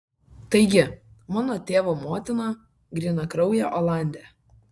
taigi mano tėvo motina grynakraujė olandė